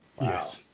Yes